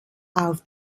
auf